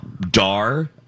Dar